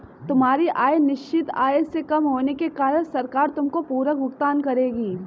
तुम्हारी आय निश्चित आय से कम होने के कारण सरकार तुमको पूरक भुगतान करेगी